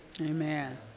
Amen